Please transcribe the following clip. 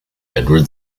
edward